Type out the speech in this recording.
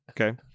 Okay